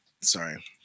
sorry